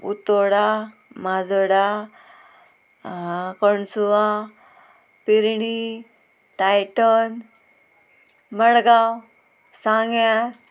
Utorda Majorda Consua Pirni Titan Madgaon सांग्यार